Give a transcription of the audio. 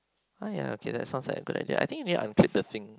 ah ya okay that's sounds like a good idea I think you need unclip the thing